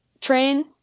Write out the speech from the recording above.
train